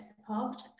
support